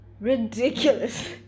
ridiculous